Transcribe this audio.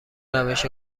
روش